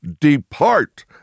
depart